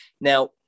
Now